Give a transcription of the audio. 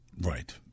Right